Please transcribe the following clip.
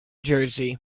jersey